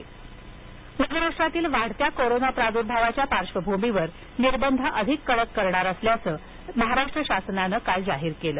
महाराष्ट्र निर्बंध महाराष्ट्रातील वाढत्या कोरोना प्रादुर्भावाच्या पार्श्वभूमीवर निर्बंध अधिक कडक करणार असल्याचं राज्य शासनानं काल जाहीर केलं